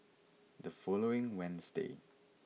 the following Wednesday